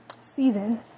season